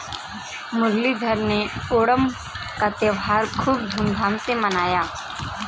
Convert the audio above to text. मुरलीधर ने ओणम का त्योहार खूब धूमधाम से मनाया